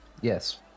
Yes